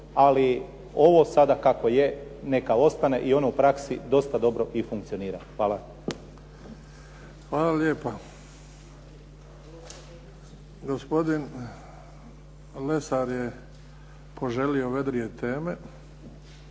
Ali ovo sada kako je neka ostane i ono u praksi dosta dobro i funkcionira. Hvala. **Bebić, Luka (HDZ)** Hvala lijepa. Gospodin Lesar je poželio vedrije teme,